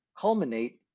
culminate